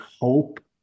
hope